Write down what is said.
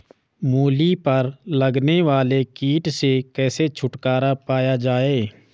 मूली पर लगने वाले कीट से कैसे छुटकारा पाया जाये?